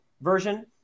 version